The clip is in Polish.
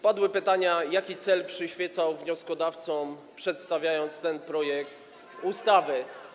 Padły pytania, jaki cel przyświecał wnioskodawcom przedstawiającym ten projekt ustawy.